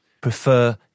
prefer